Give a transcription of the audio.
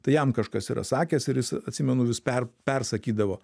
tai jam kažkas yra sakęs ir jis atsimenu vis per persakydavo